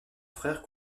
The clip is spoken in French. frère